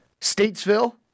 Statesville